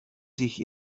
sich